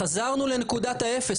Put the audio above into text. חזרנו לנקודת האפס,